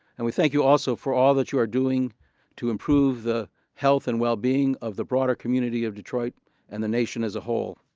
and we thank you also for all that you are doing to improve the health and wellbeing of the broader community of detroit and the nation as a whole.